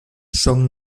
son